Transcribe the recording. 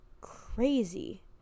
crazy